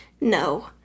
No